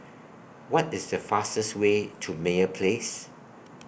What IS The fastest Way to Meyer Place